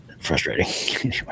frustrating